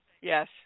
Yes